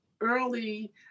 early